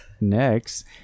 next